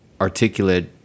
articulate